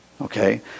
okay